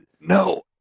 No